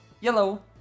yellow